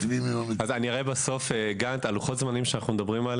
אני אציג את לוחות הזמנים שעליהם אנחנו מדברים.